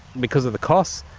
because of the costs,